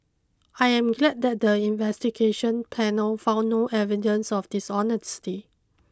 I am glad that the investigation panel found no evidence of dishonesty